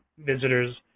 visitors,